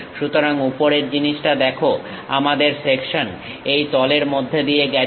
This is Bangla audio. সুতরাং উপরের জিনিসটা দেখো আমাদের সেকশন এই তলের মধ্যে দিয়ে গেছে